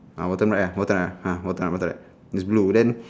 ah bottom red uh bottom ah bottom bottom that's blue then